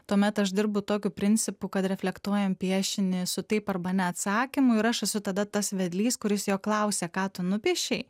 tuomet aš dirbu tokiu principu kad reflektuojam piešinį su taip arba ne atsakymu ir aš esu tada tas vedlys kuris jo klausia ką tu nupiešei